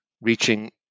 reaching